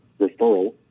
referral